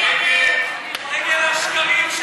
נגד השקרים של